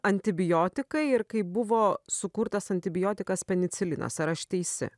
antibiotikai ir kai buvo sukurtas antibiotikas penicilinas ar aš teisi